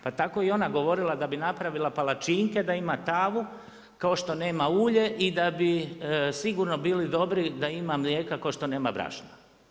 Pa tako je i ona govorila da napravila palačinke da ima tavu, kao što nema ulje i da bi sigurno bili dobri da ima mlijeka kao što nema brašna.